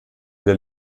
der